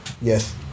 Yes